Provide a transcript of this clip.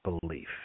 belief